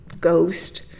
ghost